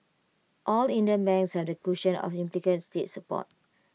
all Indian banks have the cushion of implicit state support